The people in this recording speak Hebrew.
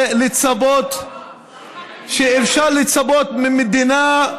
שאפשר לצפות ממדינה,